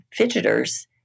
fidgeters